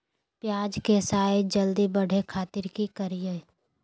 प्याज के साइज जल्दी बड़े खातिर की करियय?